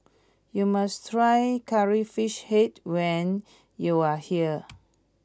you must try Curry Fish Head when you are here